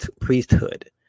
priesthood